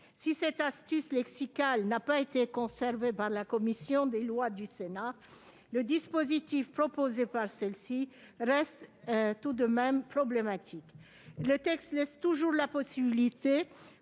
Si cette astuce lexicale n'a pas été conservée par la commission des lois du Sénat, le dispositif adopté par celle-ci reste tout de même problématique. La rédaction retenue laisse toujours aux personnes